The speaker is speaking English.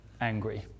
angry